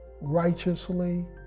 righteously